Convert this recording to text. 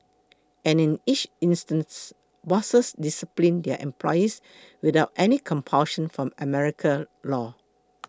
and in each instance bosses disciplined their employees without any compulsion from American law